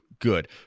Good